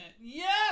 Yes